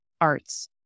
arts